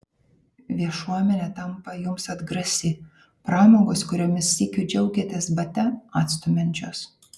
viešuomenė tampa jums atgrasi pramogos kuriomis sykiu džiaugėtės bate atstumiančios